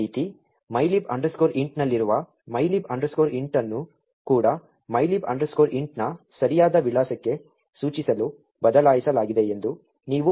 ಅದೇ ರೀತಿ mylib int ನಲ್ಲಿರುವ mylib int ಅನ್ನು ಕೂಡ mylib int ನ ಸರಿಯಾದ ವಿಳಾಸಕ್ಕೆ ಸೂಚಿಸಲು ಬದಲಾಯಿಸಲಾಗಿದೆ ಎಂದು ನೀವು ಪರಿಶೀಲಿಸಬಹುದು